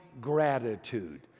gratitude